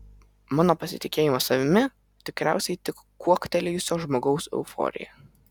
mano pasitikėjimas savimi tikriausiai tik kuoktelėjusio žmogaus euforija